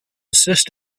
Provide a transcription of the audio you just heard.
assist